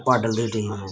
पाडल दे टीम